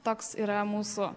toks yra mūsų